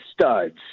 studs